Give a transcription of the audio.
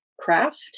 craft